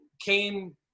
came